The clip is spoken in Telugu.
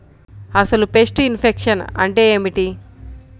అసలు పెస్ట్ ఇన్ఫెక్షన్ అంటే ఏమిటి?